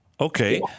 Okay